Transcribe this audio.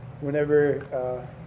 whenever